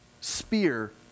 spear